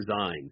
design